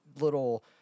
little